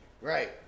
right